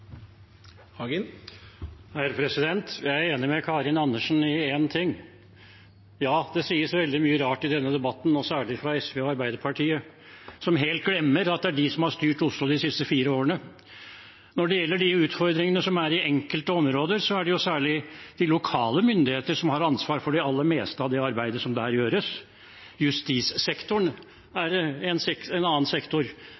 ting: Ja, det sies veldig mye rart i denne debatten, særlig fra SV og Arbeiderpartiet, som helt glemmer at det er de som har styrt Oslo de siste fire årene. Når det gjelder de utfordringene som er i enkelte områder, er det særlig de lokale myndighetene som har ansvaret for det aller meste av det arbeidet som der gjøres. Justissektoren